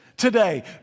today